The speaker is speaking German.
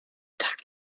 tag